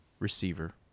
Receiver